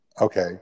Okay